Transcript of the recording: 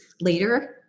later